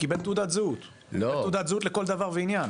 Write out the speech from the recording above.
הוא קיבל תעודת זהות לכל דבר ועניין.